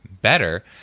better